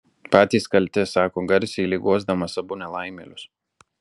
patys kalti sako garsiai lyg guosdamas abu nelaimėlius